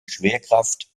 schwerkraft